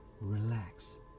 Relax